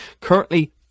currently